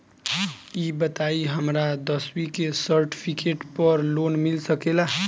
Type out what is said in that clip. ई बताई हमरा दसवीं के सेर्टफिकेट पर लोन मिल सकेला?